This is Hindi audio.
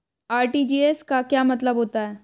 आर.टी.जी.एस का क्या मतलब होता है?